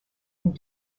and